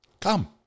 Come